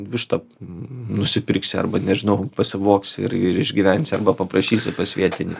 vištą nusipirksi arba nežinau pasivogsi ir ir išgyvensi arba paprašysi pas vietinį